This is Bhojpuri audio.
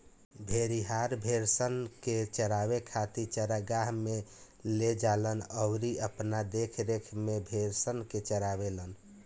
भेड़िहार, भेड़सन के चरावे खातिर चरागाह में ले जालन अउरी अपना देखरेख में भेड़सन के चारावेलन